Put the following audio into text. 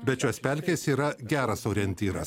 bet šios pelkės yra geras orientyras